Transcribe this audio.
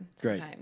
great